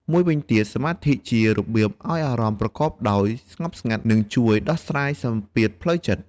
មួយវិញទៀតសមាធិជារបៀបឲ្យអារម្មណ៍ប្រកបដោយស្ងប់ស្ងាត់នឹងជួយដោះស្រាយសម្ពាធផ្លូវចិត្ត។